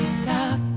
stop